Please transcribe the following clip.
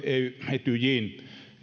etyjin